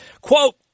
Quote